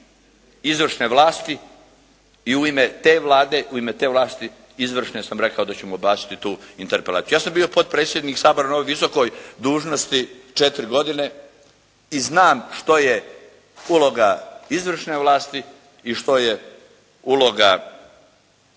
izvršne vlasti i u ime te Vlade, u ime te vlasti izvršne sam rekao da ćemo odbaciti tu interpelaciju. Ja sam bio potpredsjednik Sabora na ovoj visokoj dužnosti 4 godine i znam što je uloga izvršne vlasti i što je uloga